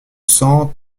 cent